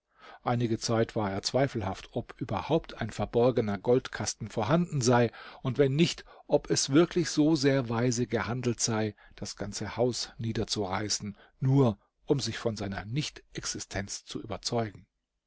einige zeit war er zweifelhaft ob überhaupt ein verborgener goldkasten vorhanden sei und wenn nicht ob es wirklich so sehr weise gehandelt sei das ganze haus niederzureißen nur um sich von seiner nicht existenz zu überzeugen